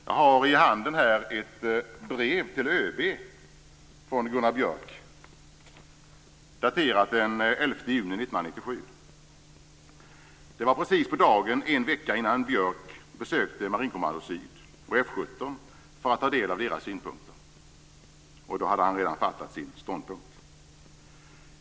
Jag har i handen här ett brev till ÖB från Gunnar Björk daterat den 11 juni 1997. Det var precis på dagen en vecka innan Björk besökte Marinkommando syd och F 17 för att ta del av deras synpunkter. Då hade han redan intagit sin ståndpunkt.